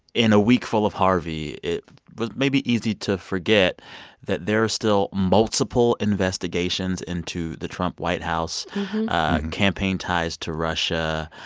in a week full of harvey, it was maybe easy to forget that there are still multiple investigations into the trump white house campaign ties to russia,